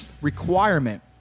requirement